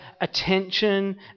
attention